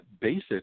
basic